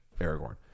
Aragorn